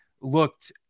looked